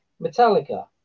Metallica